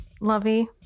lovey